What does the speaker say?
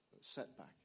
setback